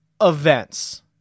events